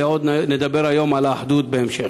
ועוד נדבר היום על האחדות בהמשך.